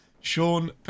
sean